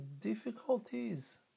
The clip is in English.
difficulties